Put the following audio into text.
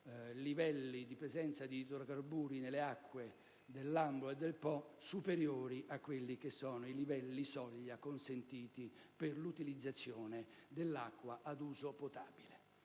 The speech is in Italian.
livelli di presenza di idrocarburi nelle acque del Lambro e del Po superiori ai livelli soglia consentiti per l'utilizzazione dell'acqua ad uso potabile.